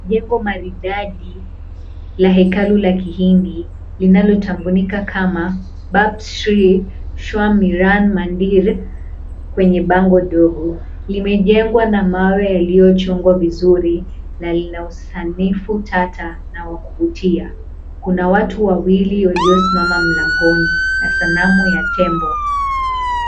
Jengo maridadi la hekalu la kihindi linalotambulika kama, Bab Sri Swamiran Mandir, kwenye bango dogo. Limejengwa na mawe yaliliyochongwa vizuri na lina usanifu tata na ya kuvutia. Kuna watu wawili waliosimama mlangoni na sanamu ya tembo.